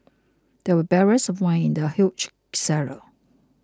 there were barrels of wine in the huge cellar